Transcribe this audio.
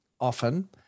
often